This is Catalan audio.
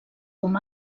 com